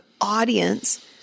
audience